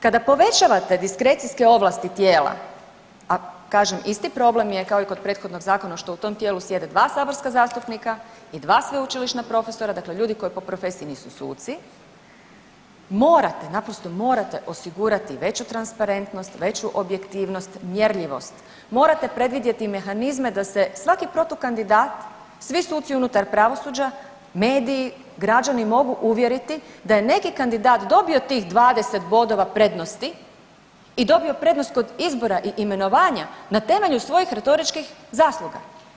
Kada povećavate diskrecijske ovlasti tijela, a kažem, isto problem je kao i kod prethodnog zakona, što u tom tijelu sjede 2 saborska zastupnika i 2 sveučilišna profesora, dakle ljudi koji po profesiji nisu suci, morate, naprosto morate osigurati veću transparentnost, veću objektivnost, mjerljivost, morate predvidjeti mehanizme, da se svaki protukandidat, svi suci unutar pravosuđa, mediji, građani, mogu uvjeriti da je neki kandidat dobio tih 20 bodova prednosti i dobio prednost kod izbora i imenovanja na temelju svojih retoričkih zasluga.